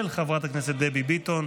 של חברת הכנסת דבי ביטון,